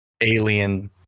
alien